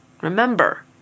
Remember